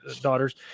daughters